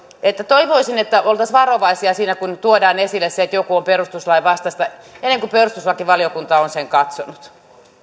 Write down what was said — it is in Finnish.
toivoisin että oltaisiin varovaisia siinä kun tuodaan esille se että joku on perustuslain vastaista ennen kuin perustuslakivaliokunta on sen katsonut